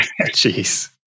Jeez